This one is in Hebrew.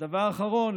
הדבר האחרון,